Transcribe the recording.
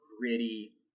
gritty